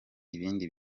ibindi